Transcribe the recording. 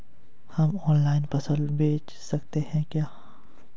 हम ऑनलाइन फसल बेच सकते हैं क्या?